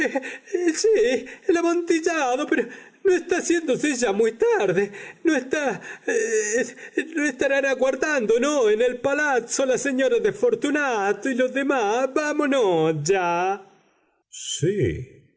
no está haciéndose ya muy tarde no estarán aguardándonos en el palazzo la señora de fortunato y los demás vámonos ya